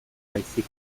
baizik